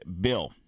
Bill